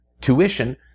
tuition